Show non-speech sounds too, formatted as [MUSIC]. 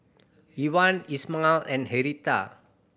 Evon [UNINTELLIGIBLE] and Hertha